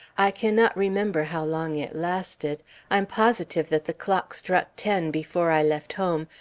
i cannot remember how long it lasted i am positive that the clock struck ten before i left home,